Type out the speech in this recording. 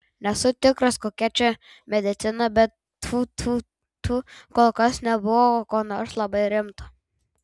nesu tikras kokia čia medicina bet tfu tfu tfu kol kas nebuvo ko nors labai rimto